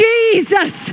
Jesus